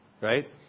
Right